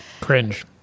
cringe